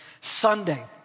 Sunday